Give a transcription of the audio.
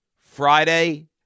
Friday